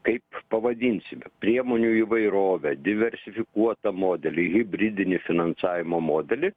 kaip pavadinsime priemonių įvairovę diversifikuotą modelį hibridinį finansavimo modelį